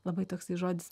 labai toksai žodis